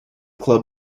club